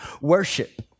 worship